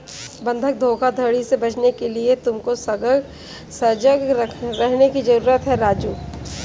बंधक धोखाधड़ी से बचने के लिए तुमको सजग रहने की जरूरत है राजु